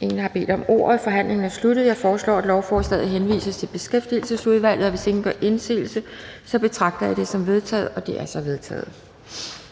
Da der ikke er flere, der har bedt om ordet, er forhandlingen sluttet. Jeg foreslår, at lovforslaget henvises til Beskæftigelsesudvalget. Hvis ingen gør indsigelse, betragter jeg det som vedtaget. Det er vedtaget.